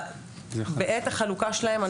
בעת החלוקה שלהם,